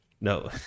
No